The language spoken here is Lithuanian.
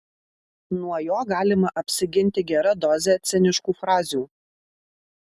nuo jo galima apsiginti gera doze ciniškų frazių